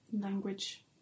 language